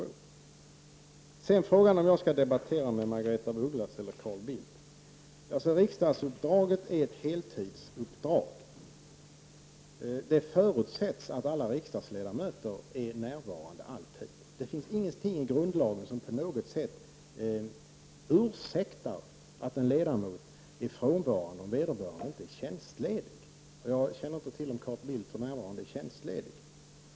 Sedan till frågan om jag skall debattera med Margaretha af Ugglas eller med Carl Bildt. Riksdagsuppdraget är ett heltidsuppdrag. Det förutsätts att alla riksdagsledamöter är närvarande alltid. Det finns ingenting i grundlagen som på något sätt ursäktar att en ledamot är frånvarande om vederbörande inte är tjänstledig. Jag känner inte till om Carl Bildt för närvarande är tjänst ledig.